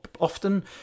often